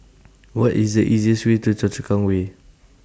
What IS The easiest Way to Choa Chu Kang Way